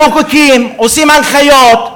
מחוקקים, עושים הנחיות: